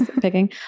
picking